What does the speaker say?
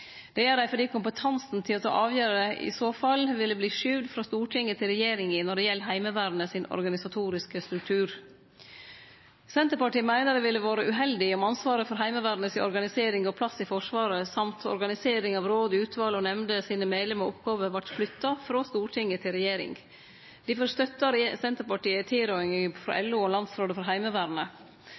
Det gjer dei fordi kompetansen til å ta avgjerder i så fall ville verte skyvd frå Stortinget til regjeringa når det gjeld Heimevernets organisatoriske struktur. Senterpartiet meiner det ville vore uheldig om ansvaret for Heimevernets organisering og plass i Forsvaret og organiseringa av medlemane i og oppgåvene til råd, utval og nemnder vert flytta frå Stortinget til regjeringa. Difor støttar Senterpartiet tilrådinga frå LO og Landsrådet for Heimevernet.